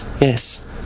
yes